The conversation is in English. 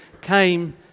came